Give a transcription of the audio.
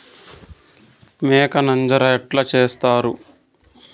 మేక నంజర ఎట్లా సేస్తారు?